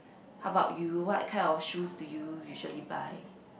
how about you what kind of shoes do you usually buy